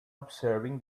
observing